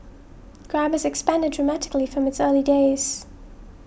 grab has expanded dramatically from its early days